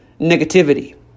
negativity